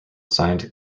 signed